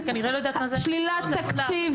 שלילת תקציב.